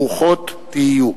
ברוכות תהיו.